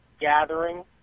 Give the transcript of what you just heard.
gathering